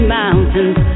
mountains